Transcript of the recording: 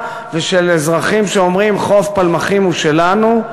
ושל אזרחים שאומרים: חוף פלמחים הוא שלנו,